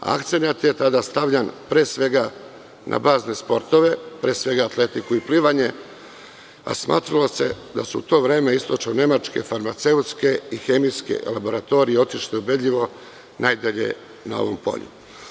Akcenat je tada stavljen, pre svega na bazne sportove, na atletiku i plivanje, a smatralo se da su u to vreme istočno nemačke, farmaceutske i hemijske laboratorije otišleubedljivo najdalje na ovom polju.